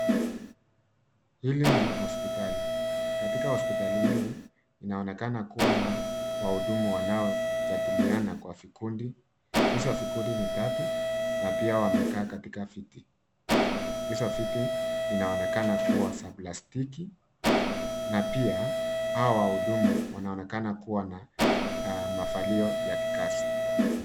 Hili ni hospitali. Katika hospitali hili, inaonekana kuwa na wahudumu wanaojadiliana kwa vikundi. Hizo vikundi ni tatu na pia wamekaa katika viti. Hizo viti inaonekana kuwa za plastiki na pia hawa wahudumu wanaonekana kuwa na mavalio ya kikazi.